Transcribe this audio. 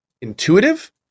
intuitive